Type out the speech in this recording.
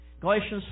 Galatians